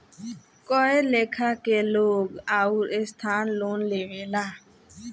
कए लेखा के लोग आउर संस्थान लोन लेवेला